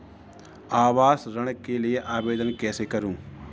आवास ऋण के लिए आवेदन कैसे करुँ?